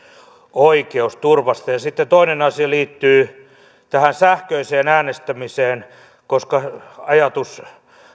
oikeusturvasta sitten toinen asia liittyy tähän sähköiseen äänestämiseen koska ajatus